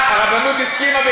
הרבנות הסכימה אתמול.